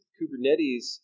Kubernetes